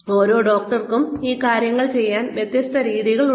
ഓരോ ഡോക്ടർക്കും ഈ കാര്യങ്ങൾ ചെയ്യാൻ വ്യത്യസ്ത രീതികളുണ്ട്